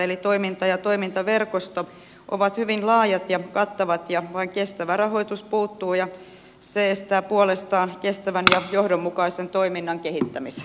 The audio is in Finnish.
eli toiminta ja toimintaverkosto on hyvin laaja ja kattava ja vain kestävä rahoitus puuttuu ja se estää puolestaan kestävän ja johdonmukaisen toiminnan kehittämisen